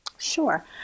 Sure